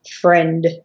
Friend